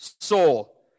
Soul